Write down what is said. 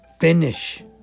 Finish